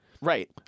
Right